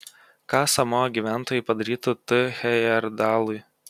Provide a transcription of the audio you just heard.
ką samoa gyventojai padarytų t hejerdalui